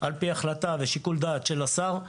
על פי החלטה ושיקול דעת של השר,